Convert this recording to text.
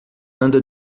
anda